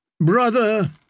Brother